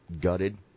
gutted